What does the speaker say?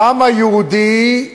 העם היהודי,